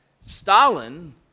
Stalin